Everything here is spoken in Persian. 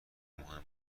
مهم